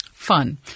Fun